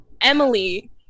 emily